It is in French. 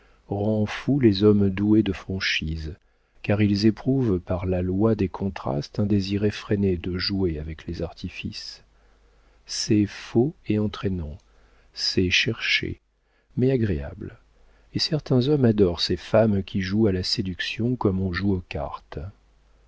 rend fous les hommes doués de franchise car ils éprouvent par la loi des contrastes un désir effréné de jouer avec les artifices c'est faux et entraînant c'est cherché mais agréable et certains hommes adorent ces femmes qui jouent à la séduction comme on joue aux cartes